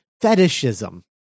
fetishism